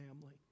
family